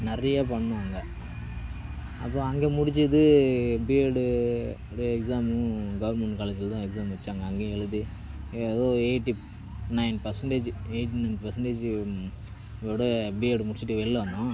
நிறையா பண்ணினோம் அங்கே அப்புறம் அங்கே முடித்தது பிஎட் அப்படியே எக்ஸாம் கவர்ன்மெண்ட் காலேஜ்ஜில்தான் எக்ஸாம் வைச்சாங்க அங்கேயும் எழுதி ஏதோ eighty nine percentage eighty nine percentage அதோடு பிஎட் முடிச்சுட்டு வெளில வந்தோம்